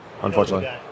Unfortunately